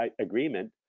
agreement